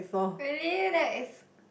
really that's